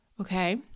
okay